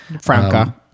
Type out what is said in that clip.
Franca